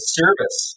service